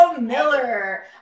Miller